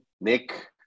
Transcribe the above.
Nick